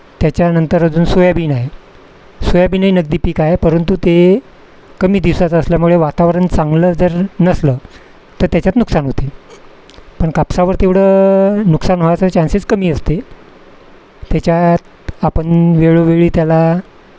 त्याच्यानंतर अजून सोयाबीन आहे सोयाबीनही नगदी पिक आहे परंतु ते कमी दिवसाचं असल्यामुळे वातावरण चांगलं जर नसलं तर त्याच्यात नुकसान होते पण कापसावर तेवढं नुकसान व्हायाचा चान्सेस कमी असते त्याच्यात आपण वेळोवेळी त्याला